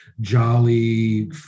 jolly